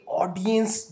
audience